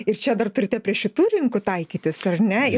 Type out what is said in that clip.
ir čia dar turite prie šitų rinkų taikytis ar ne